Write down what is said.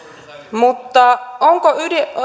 mutta onko